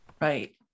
Right